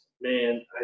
man